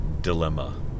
dilemma